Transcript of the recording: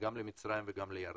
גם למצרים וגם לירדן.